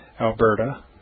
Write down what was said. Alberta